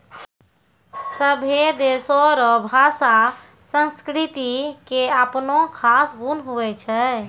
सभै देशो रो भाषा संस्कृति के अपनो खास गुण हुवै छै